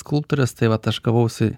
skulptorius tai vat aš gavausi